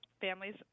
families